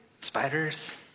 Spiders